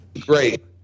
great